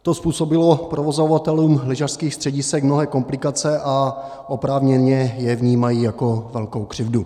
To způsobilo provozovatelům lyžařských středisek mnohé komplikace a oprávněně je vnímají jako velkou křivdu.